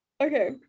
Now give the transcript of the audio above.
okay